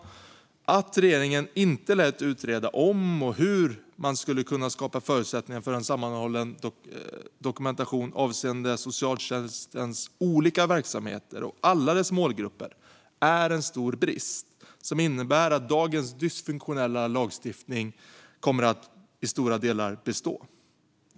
Att regeringen inte lät utreda om och hur man skulle kunna skapa förutsättningar för en sammanhållen dokumentation avseende socialtjänstens olika verksamheter och alla dess målgrupper är en stor brist som innebär att dagens dysfunktionella lagstiftning i stora delar kommer att bestå.